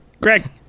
Greg